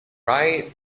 right